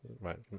Right